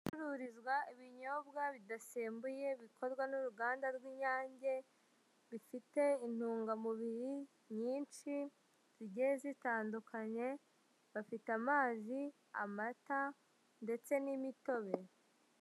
Ibicururizwa ibinyobwa bidasembuye bikorwa n'uruganda rw'inyange, bifite intungamubiri nyinshi zigiye zitandukanye, bafite amazi, amata, ndetse n'imitobe.